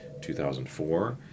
2004